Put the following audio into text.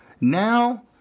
Now